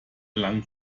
lang